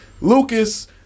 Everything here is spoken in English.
Lucas